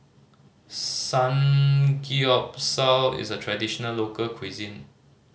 samgeyopsal is a traditional local cuisine